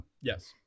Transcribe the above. yes